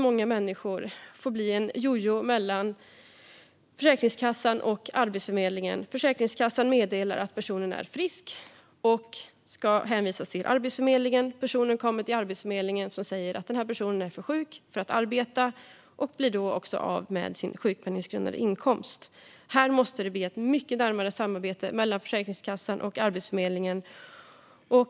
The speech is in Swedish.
Många människor åker jojo mellan Försäkringskassan och Arbetsförmedlingen. Försäkringskassan meddelar att personen är frisk och ska hänvisas till Arbetsförmedlingen. Personen kommer till Arbetsförmedlingen, som säger att personen är för sjuk för att arbeta. Då blir personen också av med sin sjukpenninggrundande inkomst. Här måste det bli ett mycket närmare samarbete mellan Försäkringskassan och Arbetsförmedlingen.